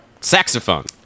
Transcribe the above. Saxophone